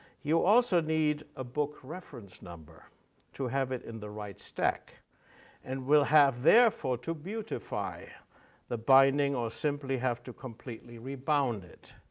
you also need a book reference number to have it in the right stack and will have therefore to beautify the binding or simply have to completely rebound it.